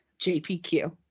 JPQ